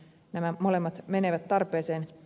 nämä molemmat menevät tarpeeseen